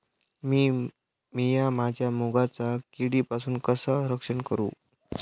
मीया माझ्या मुगाचा किडीपासून कसा रक्षण करू?